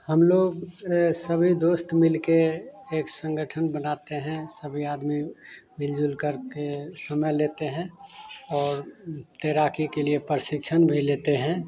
हम लोग सभी दोस्त मिलकर एक संगठन बनाते हैं सभी आदमी मिल जुल करके समय लेते हैं और तैराक़ी के लिए प्रशिक्षण भी लेते हैं